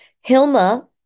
Hilma